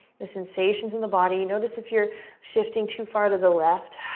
the sensations in the body. notice if you're shifting too far to the left.